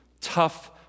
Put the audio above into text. tough